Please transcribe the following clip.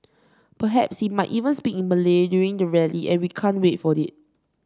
perhaps he might even speak in Malay during the rally and we can't wait for it